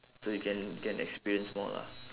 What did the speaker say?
so you can can experience more lah